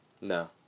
No